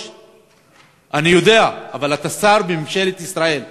אני יודע, אבל אתה שר בממשלת ישראל.